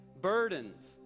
burdens